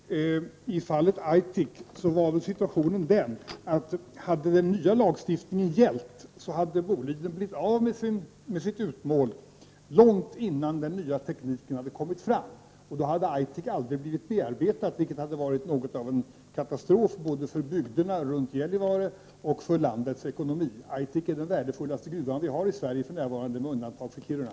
Herr talman! I fallet Aitik var situationen sådan att om den nya lagstiftningen hade gällt hade Boliden blivit av med sitt utmål långt innan den nya tekniken hade kommit fram, och då hade Aitik aldrig blivit bearbetad, vilket hade varit något av en katastrof både för bygderna runt Gällivare och för landets ekonomi. Aitik är den mest värdefulla gruva vi för närvarande har i Sverige med undantag av Kiruna.